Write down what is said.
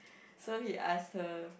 so he ask her